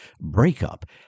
Breakup